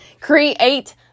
Create